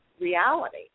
reality